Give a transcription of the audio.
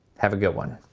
have a good one.